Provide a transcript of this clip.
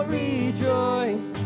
rejoice